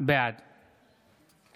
בעד